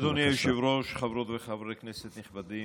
אדוני היושב-ראש, חברות וחברי כנסת נכבדים,